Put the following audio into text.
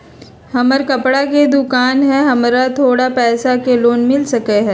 हमर कपड़ा के दुकान है हमरा थोड़ा पैसा के लोन मिल सकलई ह?